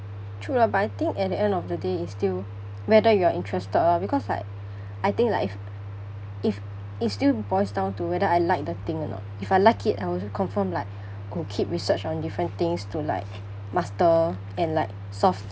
true lah but I think at the end of the day it's still whether you are interested lor because like I think like if if it still boils down to whether I like the thing or not if I like it I also confirm like will keep research on different things to like master and like solve